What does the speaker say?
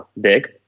big